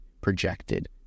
projected